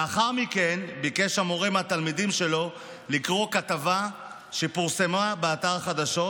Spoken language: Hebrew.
לאחר מכן ביקש המורה מהתלמידים שלו לקרוא כתבה שפורסמה באתר חדשות,